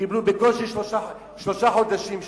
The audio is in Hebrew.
הם קיבלו בקושי שלושה חודשים שלילה.